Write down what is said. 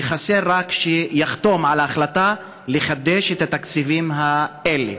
וחסר רק שיחתום על ההחלטה לחדש את התקציבים האלה.